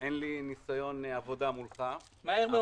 אין לי ניסיון עבודה מולך,